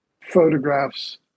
photographs